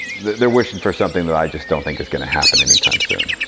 they're wishing for something that i just don't think is going to happen anytime soon.